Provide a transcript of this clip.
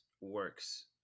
works